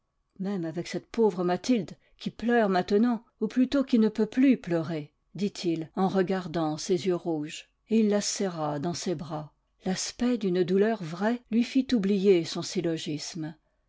même avec cette pauvre mathilde qui pleure maintenant ou plutôt qui ne peut plus pleurer dit-il en regardant ses yeux rouges et il la serra dans ses bras l'aspect d'une douleur vraie lui fit oublier son